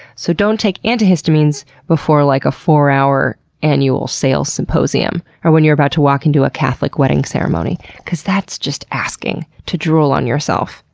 so, don't take antihistamines before like a four hour annual sales symposium or when you're about to walk into a catholic wedding ceremony because that's asking to drool on yourself,